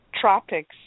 tropics